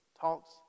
Talks